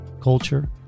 culture